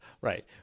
right